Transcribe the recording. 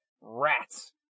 rats